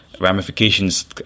ramifications